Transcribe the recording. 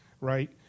right